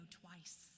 twice